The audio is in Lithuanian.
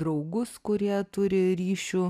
draugus kurie turi ryšių